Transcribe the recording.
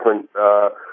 different